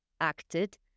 acted